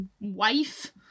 wife